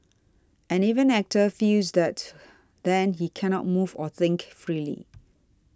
and if an actor feels that then he cannot move or think freely